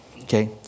Okay